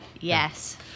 Yes